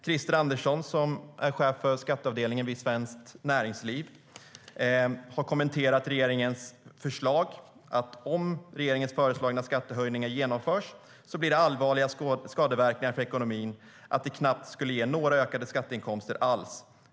Krister Andersson, som är chef för skatteavdelningen vid Svenskt Näringsliv, har kommenterat regeringens förslag: Om regeringens föreslagna skattehöjningar genomförs blir det så allvarliga skadeverkningar för ekonomin att det knappt skulle ge några ökade skatteinkomster alls.